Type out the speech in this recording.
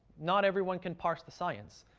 not everyone can parse the science.